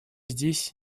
здесь